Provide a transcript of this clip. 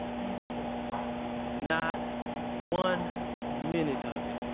man, this just sucks? not one minute of it.